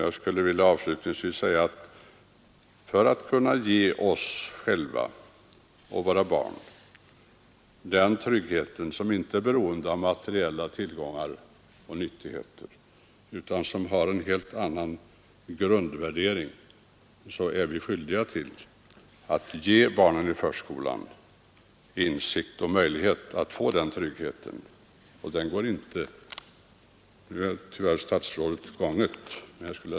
Jag skulle avslutningsvis vilja säga att för att kunna ge oss själva och våra barn den trygghet som inte är beroende av materiella tillgångar och nyttigheter utan som har en helt annan grundvärdering är vi skyldiga att även ge barnen i förskolan insikt i och möjlighet att få den tryggheten. Den går inte att få på annat sätt.